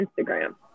Instagram